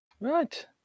Right